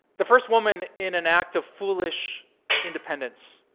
the first woman in an act of foolish independence